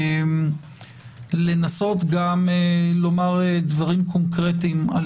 לנסות גם לומר דברים קונקרטיים על